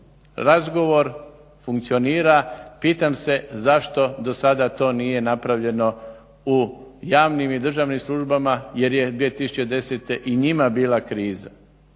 razgovor funkcionira. Pitam se zašto do sada to nije napravljeno u javnim i državnim službama jer je 2010. i njima bila kriza